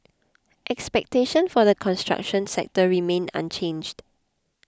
expectation for the construction sector remain unchanged